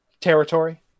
Territory